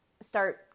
start